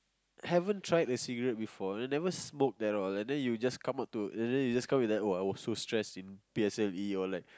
haven't tried a cigarette before and never smoked at all and then you just come up to and then you just come here oh I was so stressed in P_S_L_E or like